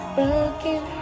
Broken